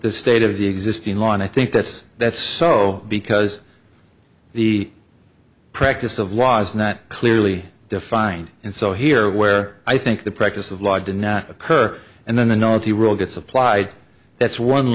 the state of the existing law and i think that's that's so because the practice of was not clearly defined and so here where i think the practice of law did not occur and then the north the rule gets applied that's one